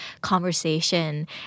conversation